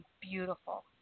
beautiful